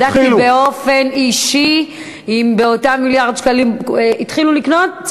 בדקתי באופן אישי אם באותם מיליארד שקלים התחילו לקנות.